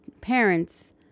parents